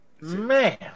Man